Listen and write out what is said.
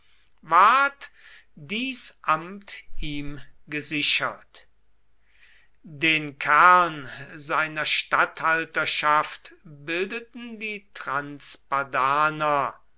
dies amt ihm gesichert den kern seiner statthalterschaft bildeten die transpadaner